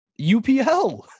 UPL